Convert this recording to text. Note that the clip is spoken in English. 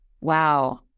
Wow